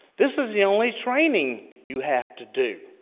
this is the only training you have to do.